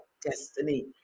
destiny